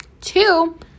two